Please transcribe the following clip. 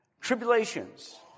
Tribulations